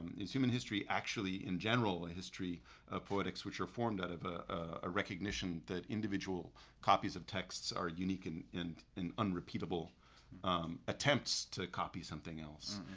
is human history actually in general a history of poetics which are formed out of a recognition that individual copies of texts are unique and and and unrepeatable attempts to copy something else?